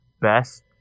best